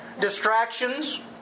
Distractions